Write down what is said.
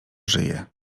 żyje